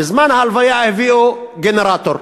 בזמן הלוויה הביאו גנרטור,